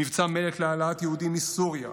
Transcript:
מבצע מלט להעלאת יהודים מסוריה,